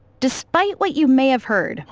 despite what you may have heard,